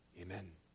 Amen